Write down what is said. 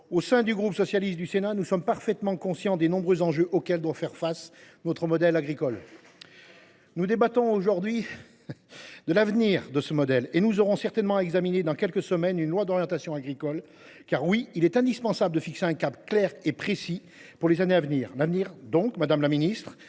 au sein du groupe socialiste du Sénat, nous sommes parfaitement conscients des nombreux enjeux auxquels doit faire face notre modèle agricole. Nous débattons aujourd’hui de l’avenir de ce modèle, et nous aurons certainement à examiner dans quelques semaines une loi d’orientation agricole, car – oui !– il est indispensable de fixer un cap clair et précis pour les années à venir. L’avenir, madame la ministre,